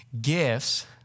Gifts